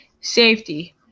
Safety